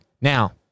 now